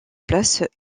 places